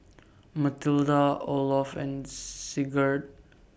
Matilda Olof and Sigurd